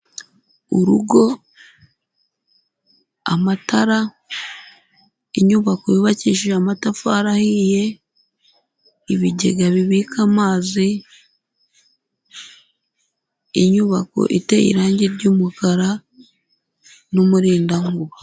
Urugo, amatara, inyubako yubakishije amatafari ahiye, ibigega bibika amazi, inyubako iteye irangi ry' umukara n'umurindankuba.